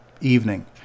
evening